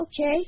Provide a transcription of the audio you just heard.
Okay